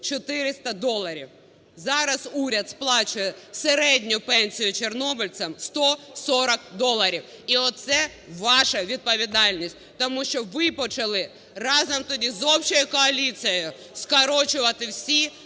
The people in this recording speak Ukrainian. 400 доларів. Зараз уряд сплачує середню пенсію чорнобильцям – 140 доларів. І оце ваша відповідальність. Тому що ви почали, разом тоді з общою коаліцією скорочувати всі